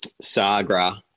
sagra